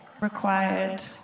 required